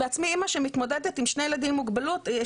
יש